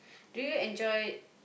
do you enjoy